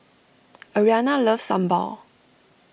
Arianna loves Sambal